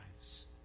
lives